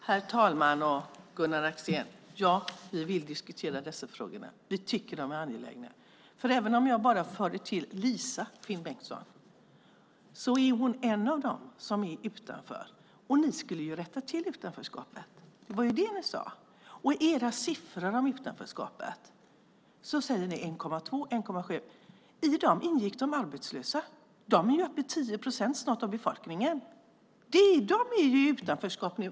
Herr talman och Gunnar Axén! Ja, vi vill diskutera dessa frågor. Vi tycker att de är angelägna. Även om jag bara förde till Lisa, Finn Bengtsson, är hon en av dem som är utanför. Ni skulle ju rätta till utanförskapet! Det var ju det ni sade. Ni nämner siffror om utanförskapet. Ni säger 1,2 och 1,7. I dem ingick de arbetslösa. De är uppe i 10 procent av befolkningen snart. De är i utanförskap nu.